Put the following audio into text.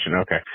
Okay